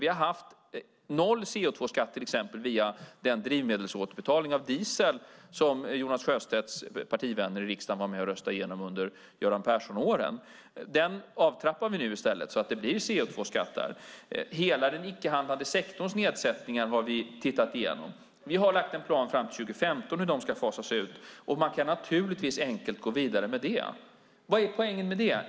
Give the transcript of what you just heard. Vi har till exempel haft noll CO2-skatt via den drivmedelsåterbetalning av diesel som Jonas Sjöstedts partivänner i riksdagen var med och röstade igenom under Göran Persson-åren. Den avtrappar vi nu så att det i stället blir CO2-skatt där. Hela den icke-handlande sektorns nedsättningar har vi tittat igenom. Vi har lagt en plan fram till 2015 om hur de ska fasas ut, och man kan naturligtvis enkelt gå vidare med det. Vad är poängen med det?